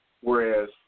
whereas